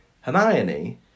Hermione